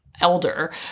Elder